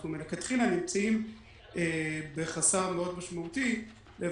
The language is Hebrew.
אנחנו מלכתחילה נמצאים בחסר משמעותי מאוד,